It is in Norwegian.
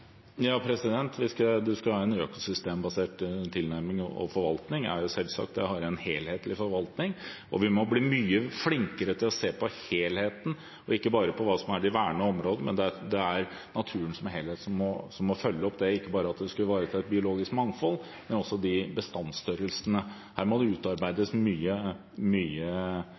skal ha en økobasert tilnærming og forvaltning er jo selvsagt, det er å ha en helhetlig forvaltning. Vi må bli mye flinkere til å se på helheten, ikke bare på hva som er de vernede områdene. Det er naturen som helhet som må følges opp – ikke bare at man skal ivareta et biologisk mangfold, men også bestandsstørrelsene. Her må det utarbeides mye